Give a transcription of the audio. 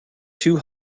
too